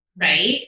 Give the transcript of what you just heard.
Right